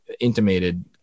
intimated